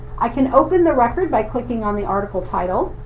i can open the record by clicking on the article title.